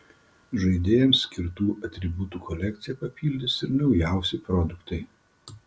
žaidėjams skirtų atributų kolekciją papildys ir naujausi produktai